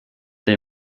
they